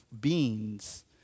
beings